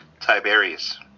Tiberius